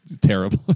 terrible